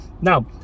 now